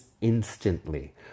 instantly